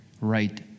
right